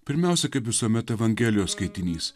pirmiausia kaip visuomet evangelijos skaitinys